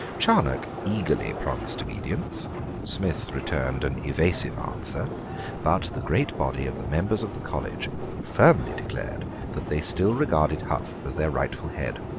charneck eagerly promised obedience smith returned an evasive answer but the great body of the members of the college firmly declared that they still regarded hough as their rightful head.